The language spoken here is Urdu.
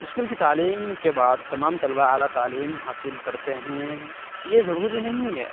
اسکول کی تعلیم کے بعد تمام طلبہ اعلیٰ تعلیم حاصل کرتے ہیں یہ ضروری نہیں ہے